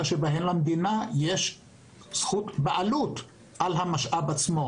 שבהם למדינה יש בעלות על המשאב עצמו.